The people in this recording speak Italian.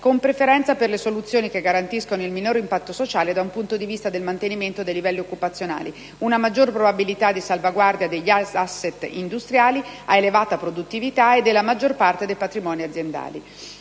con preferenza per le soluzioni che garantiscano il minor impatto sociale da un punto di vista del mantenimento dei livelli occupazionali, una maggiore probabilità di salvaguardia degli *asset* industriali a elevata produttività e della maggior parte dei patrimoni aziendali.